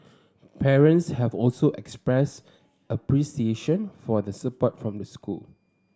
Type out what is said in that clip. parents have also expressed appreciation for the support from the school